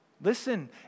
listen